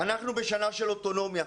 אנחנו בשנה של אוטונומיה,